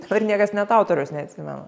dabar niekas net autoriaus neatsimena